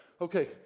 Okay